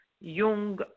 Jung